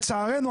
לצערנו,